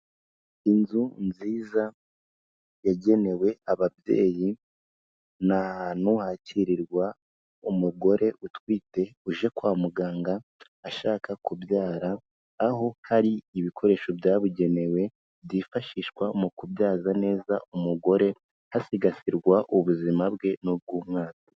Inzu nziza yagenewe ababyeyi, ni ahantu hakirirwa umugore utwite uje kwa muganga ashaka kubyara, aho hari ibikoresho byabugenewe byifashishwa mu kubyaza neza umugore hasigasirwa ubuzima bwe n'ubw'umwana.